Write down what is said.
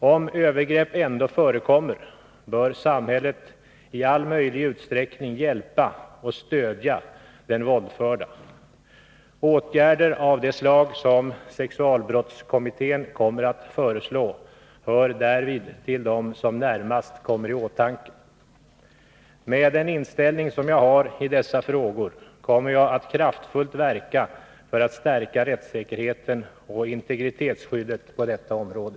Om övergrepp ändå förekommer, bör samhället i all möjlig utsträckning hjälpa och stödja den våldförda. Åtgärder av det slag som sexualbrottskommittén kommer att föreslå hör därvid till dem som närmast kommer i åtanke. Med den inställning som jag har i dessa frågor kommer jag att kraftfullt verka för att stärka rättssäkerheten och integritetsskyddet på detta område.